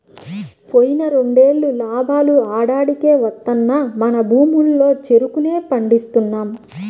పోయిన రెండేళ్ళు లాభాలు ఆడాడికే వత్తన్నా మన భూముల్లో చెరుకునే పండిస్తున్నాం